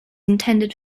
intended